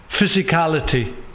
physicality